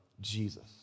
Jesus